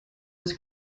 was